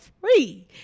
free